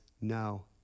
no